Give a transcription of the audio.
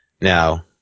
Now